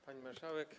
Pani Marszałek!